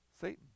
Satan